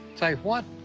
say what?